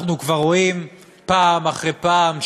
אנחנו כבר רואים פעם אחרי פעם,